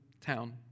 town